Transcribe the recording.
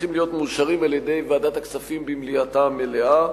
צריכים להיות מאושרים על-ידי ועדת הכספים במליאתה המלאה,